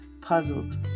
puzzled